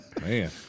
Man